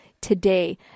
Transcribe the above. today